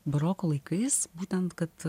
baroko laikais būtent kad